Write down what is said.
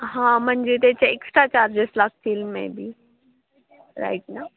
हां म्हणजे त्याचे एक्स्ट्रा चार्जेस लागतील मे बी राईट ना